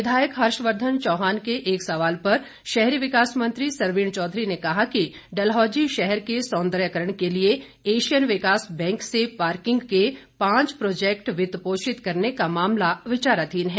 विधायक हर्षवर्धन चौहान के एक सवाल पर शहरी विकास मंत्री सरवीण चौधरी ने कहा कि डलहौजी शहर के सौंदर्यीकरण के लिए एशियन विकास बैंक से पार्किंग के पांच प्रोजेक्ट वित्तपोषित करने का मामला विचाराधीन है